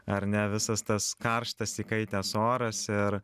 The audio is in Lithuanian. ar ne visas tas karštas įkaitęs oras ir